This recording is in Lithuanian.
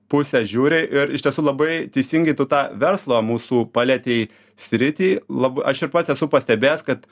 pusę žiūri ir iš tiesų labai teisingai tu tą verslą mūsų palietei sritį lab aš ir pats esu pastebėjęs kad